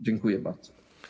Dziękuję bardzo.